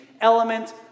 element